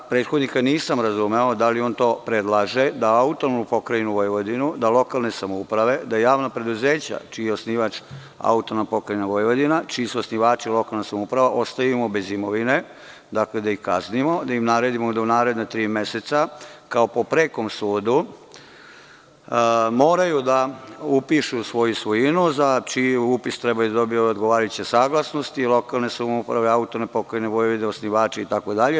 Prethodnika nisam razumeo, da li on to predlaže da AP Vojvodinu, da lokalne samouprave, da javna preduzeća čiji je osnivač AP Vojvodina i čiji su osnivači lokalne samouprave ostavimo bez imovine, dakle, da ih kaznimo, da im naredimo da u narednih tri meseca kao po prekom sudu moraju da upišu svoju svojinu za čiji upis trebaju da dobiju odgovarajuće saglasnosti lokalne samouprave, AP Vojvodine.